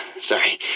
sorry